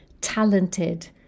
talented